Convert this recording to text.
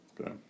okay